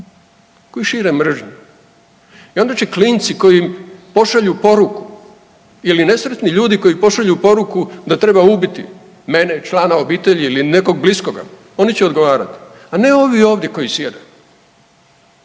koji šire mržnju i onda će klinci koji im pošalju poruku ili nesretni ljudi koji pošalju poruku da treba ubiti mene, člana obitelji ili nekog bliskoga oni će odgovarati, a ne ovi ovdje koji sjede,